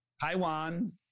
Taiwan